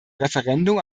referendum